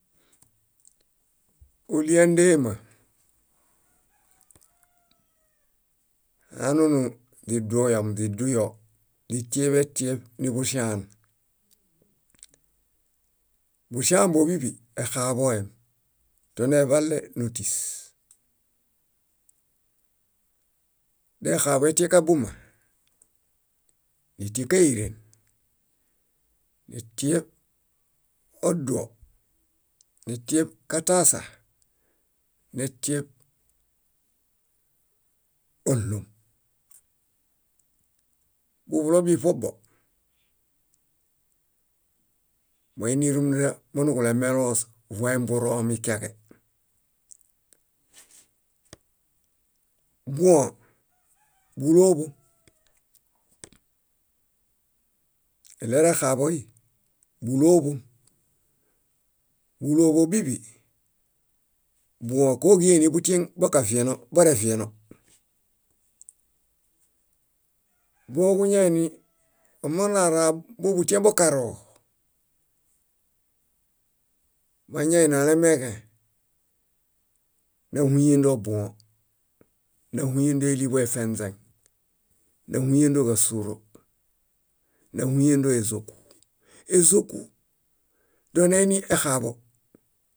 . Óliandema, hanunu źiduoyom, źiduyo źitieḃetieṗ niġuŝaan. Buŝambo bíḃi, exaḃõem. Toneḃale? Nótis. Dexãḃõ etiekabuma, nétiekairen, netieṗ oduo, netieṗ katasa, netieṗ óɭuom. Buḃulo bíḃi ṗobo, moini rúmunda monuġulemeloos voemburomi kiaġe. Buõ, búloḃom, ilerexaḃõi, búloḃom. Búloḃobiḃi, buõ kóġie nibutieŋ bukavieno borevieno. Boġuñaini omanara buḃutiẽbokaroo, mañainialemeġẽ, náhuyendo buõ, náhuyendo éliḃo efenźeŋ, náhuyendo kásuoro, náhuyendo ézoku. Ézoku, dóo neini exaḃõ